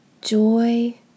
joy